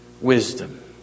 wisdom